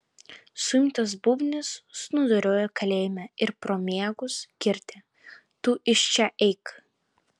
suimtas bubnys snūduriuoja kalėjime ir pro miegus girdi tu iš čia eik